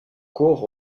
cours